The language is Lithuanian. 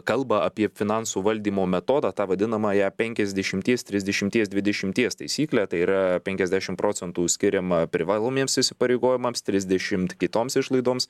kalba apie finansų valdymo metodą tą vadinamąją penkiasdešimties trisdešimties dvidešimties taisyklę tai yra penkiasdešim procentų skiriama privalomiems įsipareigojimams trisdešimt kitoms išlaidoms